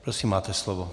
Prosím, máte slovo.